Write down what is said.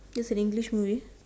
is an English movie